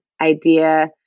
idea